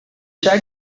said